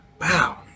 Wow